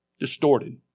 Distorted